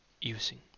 using